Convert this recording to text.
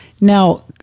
now